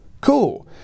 cool